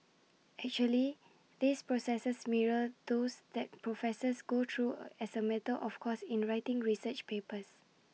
actually these processes mirror those that professors go through as A matter of course in writing research papers